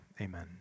amen